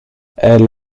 elle